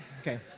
okay